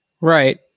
Right